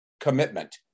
commitment